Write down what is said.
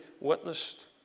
witnessed